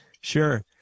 Sure